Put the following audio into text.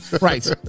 right